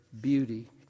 beauty